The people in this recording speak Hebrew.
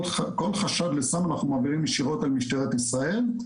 כל חשד לסם אנחנו מעבירים ישירות אל משטרת ישראל.